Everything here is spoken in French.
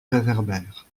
réverbère